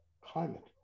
climate